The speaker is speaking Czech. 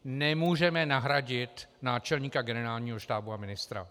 Nemůžeme nahradit náčelníka Generálního štábu a ministra.